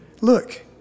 look